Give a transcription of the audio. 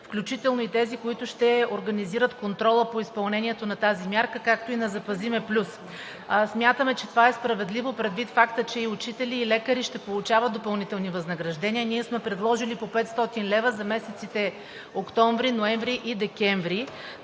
включително и тези, които ще организират контрола по изпълнението на тази мярка, както и на „Запази ме плюс“. Смятаме, че това е справедливо предвид факта, че и учители, и лекари ще получават допълнителни възнаграждения, а ние сме предложили по 500 лв. за месеците октомври, ноември и декември,